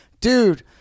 dude